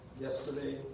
yesterday